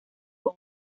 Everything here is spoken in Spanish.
con